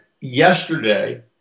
yesterday